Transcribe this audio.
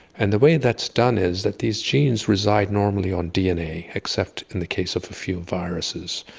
and the way that's done is that these genes reside normally on dna, except in the case of a few viruses.